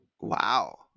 Wow